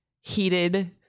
heated